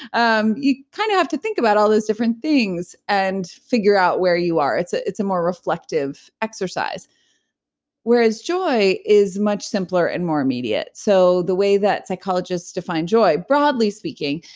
um you kind of have to think about all those different things and figure out where you are. it's ah a more reflective exercise whereas joy is much simpler and more immediate. so the way that psychologists define joy, broadly speaking,